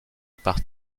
par